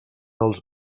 dels